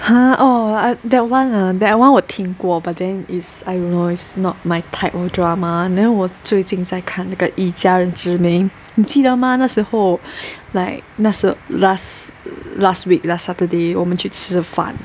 !huh! orh that one ah that one 我听过 but then is I don't know is not my type of drama then 我最近在看这个一家人之名你记得吗那时候 like 那时 last last week last Saturday 我们去吃饭